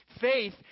Faith